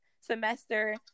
semester